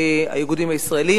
האיגודים הישראליים,